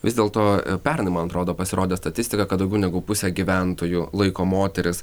vis dėlto pernai man atrodo pasirodė statistika kad daugiau negu pusė gyventojų laiko moteris